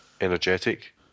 energetic